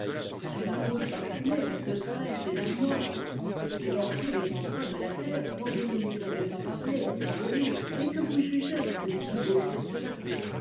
sur la route parfumée de trèfle et d'armoise et dans tous les endroits de la terre dont vous ne nous avez pas parlé dans vos livres mais que vous jugez aussi beaux que